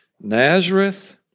Nazareth